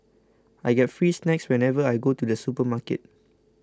I get free snacks whenever I go to the supermarket